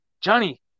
Johnny